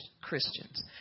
christians